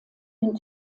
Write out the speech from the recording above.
den